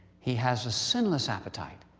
he has a sinless appetite.